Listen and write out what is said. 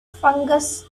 fungus